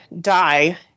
die